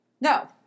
no